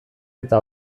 eta